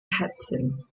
hudson